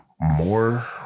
more